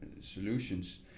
solutions